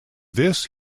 this